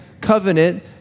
covenant